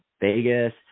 Vegas